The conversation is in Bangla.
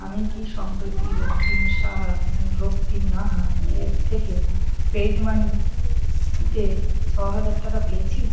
আমি কি সম্প্রতি রক্তিম সাহা রক্তিম নাহা এর থেকে পেডমানি তে ছ হাজার টাকা পেয়েছি